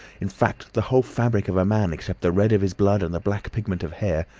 in fact the whole fabric of a man except the red of his blood and the black pigment of hair,